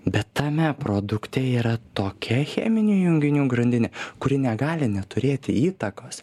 bet tame produkte yra tokia cheminių junginių grandinė kuri negali neturėti įtakos